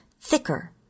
thicker